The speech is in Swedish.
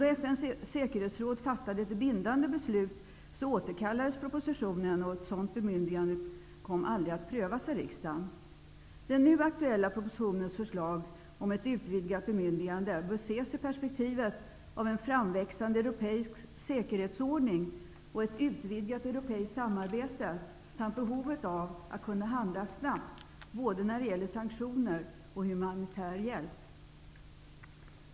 Då FN:s säkerhetsråd fattade ett bindande beslut återkallades propositionen och ett sådant bemyndigande kom aldrig att prövas av riksdagen. Den nu aktuella propositionens förslag om ett utvidgat bemyndigande bör ses i perspektivet av en framväxande europeisk säkerhetsordning och ett utvidgat europeiskt samarbete samt behovet av att kunna handla snabbt både när det gäller sanktioner och humanitär hjälp.